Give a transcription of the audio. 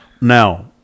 Now